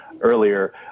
earlier